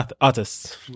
artists